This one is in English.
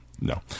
no